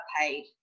paid